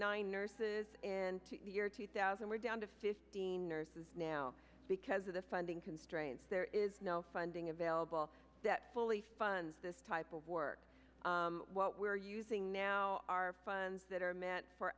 nine nurses in the year two thousand we're down to fifteen nurses now because of the funding constraints there is no funding available that fully fund this type of work what we're using now are funds that are meant for